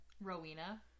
Rowena